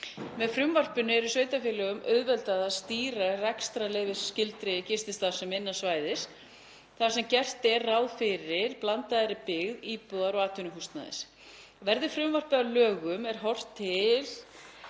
Með frumvarpinu er sveitarfélögum auðveldað að stýra rekstrarleyfisskyldri gististarfsemi innan svæðis þar sem gert er ráð fyrir blandaðri byggð íbúðar- og atvinnuhúsnæðis. Verði frumvarpið að lögum er horft til